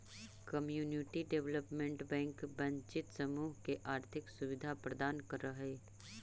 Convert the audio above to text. community development bank वंचित समूह के आर्थिक सुविधा प्रदान करऽ हइ